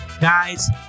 guys